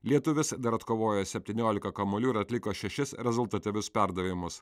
lietuvis dar atkovojo septyniolika kamuolių ir atliko šešis rezultatyvius perdavimus